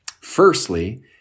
firstly